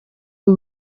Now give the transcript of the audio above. ubu